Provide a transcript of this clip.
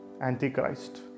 Antichrist